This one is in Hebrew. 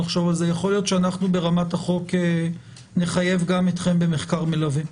לחשוב על זה יכול להיות שברמת החוק נחייב גם אתכם במחקר מלווה.